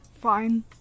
fine